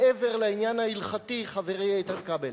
מעבר לעניין ההלכתי, חברי איתן כבל.